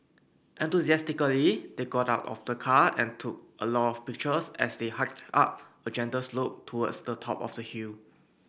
enthusiastically they got out of the car and took a lot of pictures as they hiked up a gentle slope towards the top of the hill